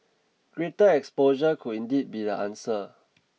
greater exposure could indeed be the answer